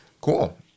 cool